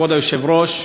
אדוני היושב-ראש,